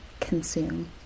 consume